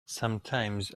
sometines